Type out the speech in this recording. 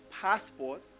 passport